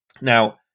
Now